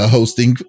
Hosting